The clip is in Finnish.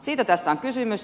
siitä tässä on kysymys